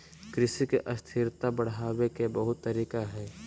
कृषि के स्थिरता बढ़ावे के बहुत तरीका हइ